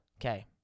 Okay